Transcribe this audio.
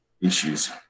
issues